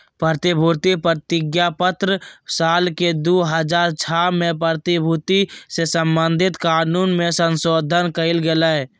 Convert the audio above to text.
प्रतिभूति प्रतिज्ञापत्र साल के दू हज़ार छह में प्रतिभूति से संबधित कानून मे संशोधन कयल गेलय